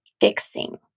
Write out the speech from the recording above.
fixing